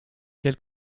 quel